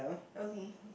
okay